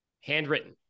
handwritten